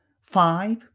Five